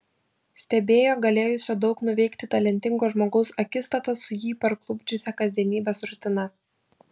stebėjo galėjusio daug nuveikti talentingo žmogaus akistatą su jį parklupdžiusia kasdienybės rutina